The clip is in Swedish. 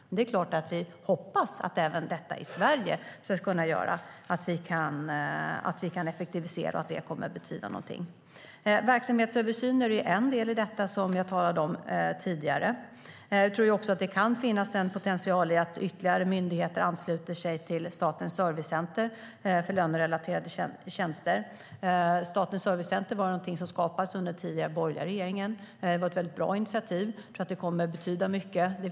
Det är klart att vi hoppas att det även i Sverige ska kunna göra att vi kan effektivisera och att det kommer att betyda någonting. Verksamhetsöversyner är en del i detta, som jag talade om tidigare. Det kan finnas en potential i att ytterligare myndigheter ansluter sig till Statens servicecenter för lönerelaterade tjänster. Statens servicecenter var någonting som skapades under den tidigare borgerliga regeringen. Det var ett väldigt bra initiativ. Jag tror att det kommer att betyda mycket.